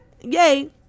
yay